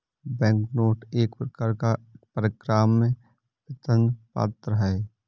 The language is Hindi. बैंकनोट एक प्रकार का परक्राम्य वचन पत्र है